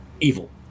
evil